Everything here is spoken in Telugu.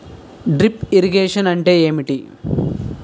డ్రిప్ ఇరిగేషన్ అంటే ఏమిటి?